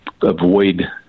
avoid